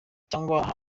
cyangwa